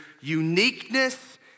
uniqueness